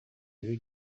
үһү